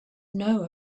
know